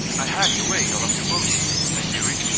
i hacked away all of your bullet wounds kung fury.